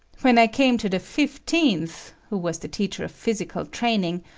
when i came to the fifteenth, who was the teacher of physical training,